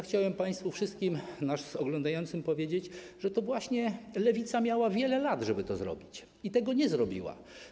Chciałbym wszystkim państwu nas oglądającym powiedzieć, że to właśnie Lewica miała wiele lat, żeby to zrobić i tego nie zrobiła.